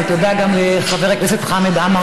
ותודה גם לחבר הכנסת חמד עמאר,